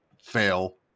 fail